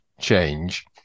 change